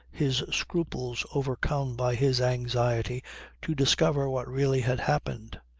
his scruples overcome by his anxiety to discover what really had happened.